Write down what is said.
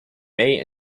may